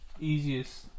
easiest